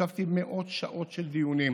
ישבתי מאות שעות של דיונים